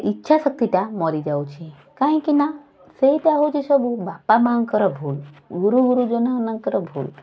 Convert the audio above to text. ଇଚ୍ଛାଶକ୍ତିଟା ମରିଯାଉଛି କାହିଁକି ନା ସେଇଟା ହେଉଛି ସବୁ ବାପା ମାଆଙ୍କର ଭୁଲ ଗୁରୁ ଗୁରୁଜନ ମାନଙ୍କର ଭୁଲ